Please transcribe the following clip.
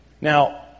Now